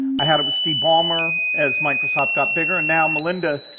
i had it with steve ballmer as microsoft got bigger, and now melinda,